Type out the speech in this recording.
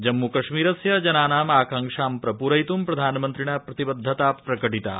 जम्मू कश्मीरस्य जनानाम् आकांक्षां प्रपूथितुं प्रधानमन्त्रिणा प्रतिबद्धता प्रकर्तिता